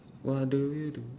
what do you do